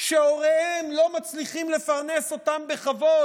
שהוריהם לא מצליחים לפרנס אותם בכבוד